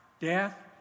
death